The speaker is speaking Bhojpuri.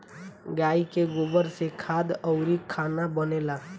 गाइ के गोबर से खाद अउरी खाना बनेला